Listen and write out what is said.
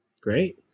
Great